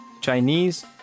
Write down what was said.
Chinese